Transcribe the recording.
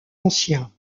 anciens